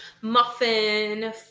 muffin